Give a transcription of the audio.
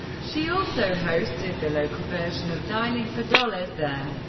she also hosted the local version of dialing for dollars there.